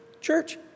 Church